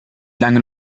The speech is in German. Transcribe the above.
lange